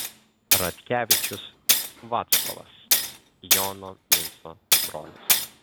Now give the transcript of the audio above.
radkevičius vaclovas jono vinco brolis